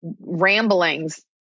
ramblings